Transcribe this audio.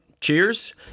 Cheers